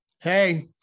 hey